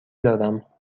دارم